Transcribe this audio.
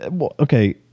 okay